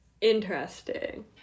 Interesting